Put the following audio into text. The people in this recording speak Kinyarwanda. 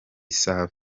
save